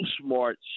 smart